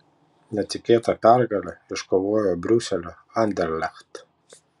netikėtą pergalę iškovojo briuselio anderlecht